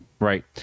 Right